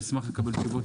אשמח לקבל תשובות.